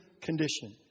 condition